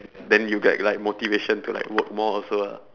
then you get like motivation to like work more also lah